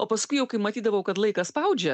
o paskui jau kai matydavau kad laikas spaudžia